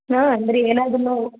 ಹಾಂ ಅಂದರೆ ಏನಾದರುನು